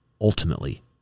Ultimately